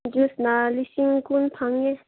ꯖ꯭ꯌꯨꯁꯅ ꯂꯤꯁꯤꯡ ꯀꯨꯟ ꯐꯪꯉꯦ